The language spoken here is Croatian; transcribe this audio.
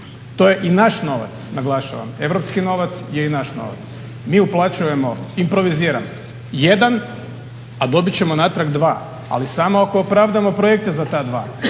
To je i naš novac naglašavam, europski novac je i naš novac. Mi uplaćujemo, improviziramo jedan, a dobit ćemo natrag dva, ali samo ako opravdamo projekte za ta dva.